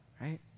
right